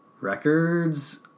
records